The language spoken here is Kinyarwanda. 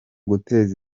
guteza